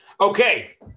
Okay